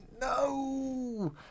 no